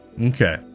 Okay